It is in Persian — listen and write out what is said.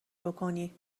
بکنی